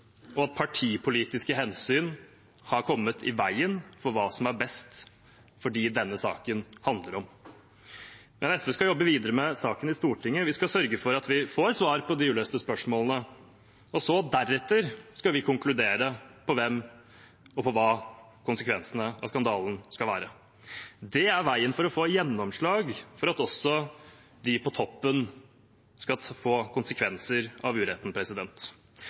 og at partipolitiske hensyn har kommet i veien for hva som er best for dem denne saken handler om. SV skal jobbe videre med saken i Stortinget. Vi skal sørge for at vi får svar på de uløste spørsmålene, og så – deretter – skal vi konkludere på hva og for hvem konsekvensene av skandalen skal være. Det er veien å gå for å få gjennomslag for at uretten skal få konsekvenser også for dem på toppen.